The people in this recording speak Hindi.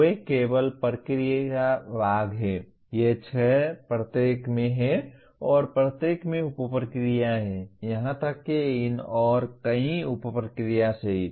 वे केवल प्रक्रिया भाग हैं ये छह प्रत्येक में हैं और प्रत्येक में उप प्रक्रियाएं हैं यहां तक कि इन और कई उप प्रक्रियाओं सहित